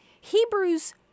Hebrews